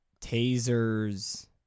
tasers